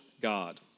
God